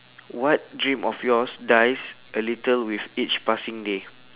what dream of yours dies a little with each passing day